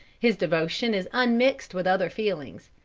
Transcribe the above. his devotion is unmixed with other feelings.